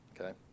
okay